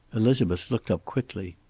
elizabeth looked up quickly.